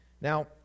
now